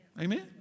Amen